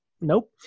Nope